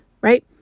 Right